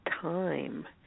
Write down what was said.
time